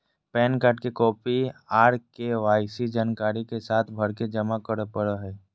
pan card के copy आर KYC जानकारी के साथ भरके जमा करो परय हय